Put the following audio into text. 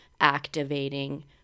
activating